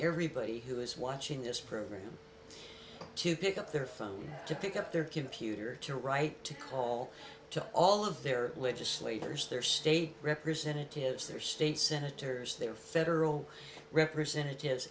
everybody who is watching this program to pick up their phone to pick up their computer to write to call to all of their legislators their state representatives their state senators their federal representatives